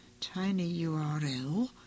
tinyurl